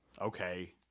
Okay